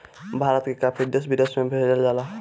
भारत के काफी देश विदेश में भेजल जाला